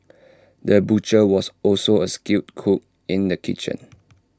the butcher was also A skilled cook in the kitchen